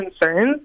concerns